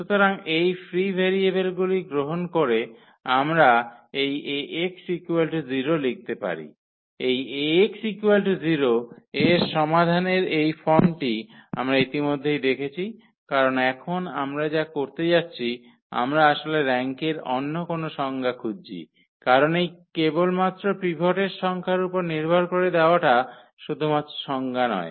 সুতরাং এই ফ্রি ভেরিয়েবলগুলি গ্রহণ করে আমরা এই 𝐴𝑥 0 লিখতে পারি এই 𝐴𝑥 0 এর সমাধানের এই ফর্মটি আমরা ইতিমধ্যেই দেখেছি কারণ এখন আমরা যা করতে যাচ্ছি আমরা আসলে র্যাঙ্কের অন্য কোন সংজ্ঞা খুঁজছি কারণ এই কেবলমাত্র পিভটের সংখ্যার উপর নির্ভর করে দেওয়াটা শুধুমাত্র সংজ্ঞা নয়